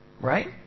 Right